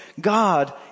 God